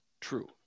True